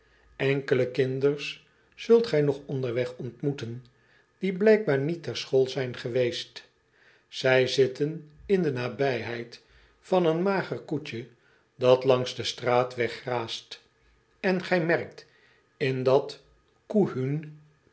nkele kinders zult gij nog onderweg ontmoeten die blijkbaar niet ter school zijn geweest ij zitten in de nabijheid van een mager koetje dat langs den straatweg graast en gij merkt in dat koe huûn